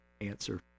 answer